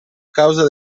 causa